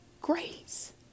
grace